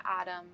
adam